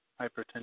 hypertension